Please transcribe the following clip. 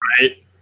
Right